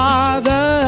Father